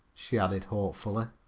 she added hopefully.